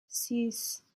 six